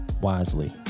wisely